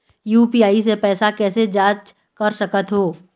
UPI से पैसा कैसे जाँच कर सकत हो?